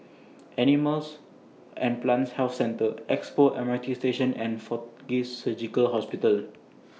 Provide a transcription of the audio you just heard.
Animals and Plants Health Centre Expo M R T Station and Fortis Surgical Hospital